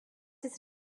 its